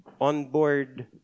onboard